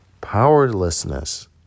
Powerlessness